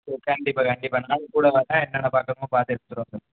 சரி கண்டிப்பாக கண்டிப்பாக நானும் கூட வர்றேன் என்னென்ன பார்க்கணுமோ பார்த்து எடுத்துட்டு வந்தர்